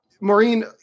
Maureen